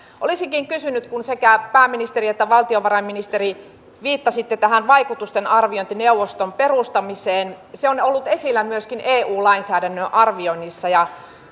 olisinkin kysynyt sekä pääministeri että valtiovarainministeri kun viittasitte tähän vaikutusten arviointineuvoston perustamiseen se on on ollut esillä myöskin eu lainsäädännön arvioinnissa ja